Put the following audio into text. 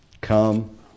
come